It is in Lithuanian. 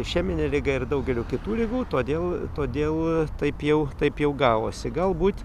išemine liga ir daugeliu kitų ligų todėl todėl taip jau taip jau gavosi galbūt